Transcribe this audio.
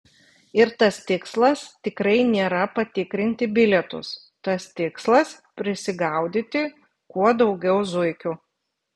ir tas tikslas tikrai nėra patikrinti bilietus tas tikslas prisigaudyti kuo daugiau zuikių